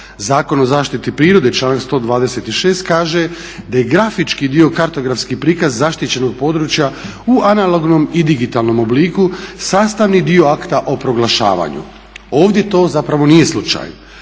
Zakon o zaštiti prirode članak 126. kaže da je grafički dio kartografski prikaz zaštićenog područja u analognom i digitalnom obliku sastavni dio akta o proglašavanju. Ovdje to zapravo nije slučaj.